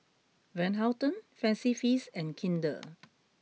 Van Houten Fancy Feast and Kinder